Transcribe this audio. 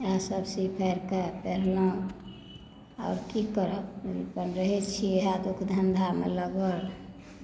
इएहसभ सी फाड़ि कऽ पेन्हलहुँ आओर की करब अपन रहैत छी इएह दुख धन्धामे लागल